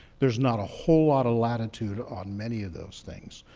there's not a whole lot of latitude on many of those things.